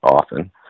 often